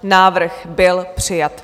Návrh byl přijat.